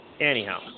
anyhow